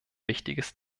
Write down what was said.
wichtiges